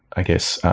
i guess,